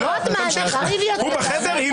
כל זמן שאתה בחדר,